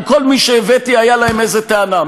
על כל מי שהבאתי הייתה להם איזו טענה,